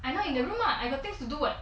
I know you the lah I got things to do it